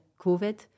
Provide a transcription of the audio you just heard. COVID